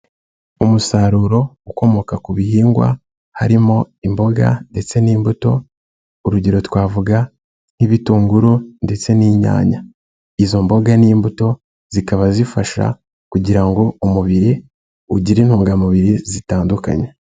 Umusaruro ukomoka ku bihingwa harimo imboga ndetse n'imbuto urugero twavuga nk'ibitunguru ndetse n'inyanya, izo mboga n'imbuto zikaba zifasha kugira ngo umubiri ugire intungamubiri zitandukanye.